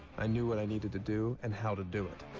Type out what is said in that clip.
i knew what i needed to do and how to do it.